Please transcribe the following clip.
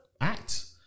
act